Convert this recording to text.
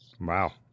Wow